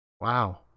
Wow